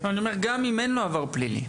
גם אם אין לו עבר פלילי,